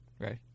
Right